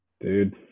Dude